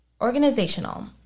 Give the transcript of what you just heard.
organizational